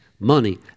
money